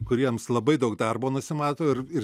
kuriems labai daug darbo nusimato ir ir